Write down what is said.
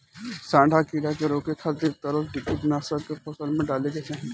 सांढा कीड़ा के रोके खातिर तरल कीटनाशक के फसल में डाले के चाही